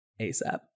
ASAP